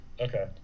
okay